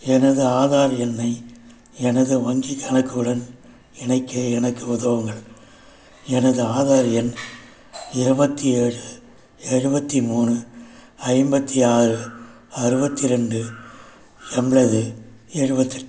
எனது ஆதார் எண்ணை எனது வங்கிக் கணக்குடன் இணைக்க எனக்கு உதவுங்கள் எனது ஆதார் எண் இருபத்தி ஏழு எழுபத்தி மூணு ஐம்பத்தி ஆறு அறுபத்தி ரெண்டு எம்பளது எழுபத்தெட்டு